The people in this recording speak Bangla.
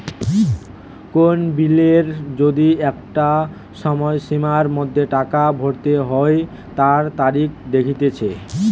কোন বিলের যদি একটা সময়সীমার মধ্যে টাকা ভরতে হই তার তারিখ দেখাটিচ্ছে